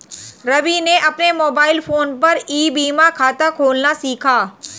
रवि ने अपने mobile phone पर ई बीमा खाता खोलना सीखा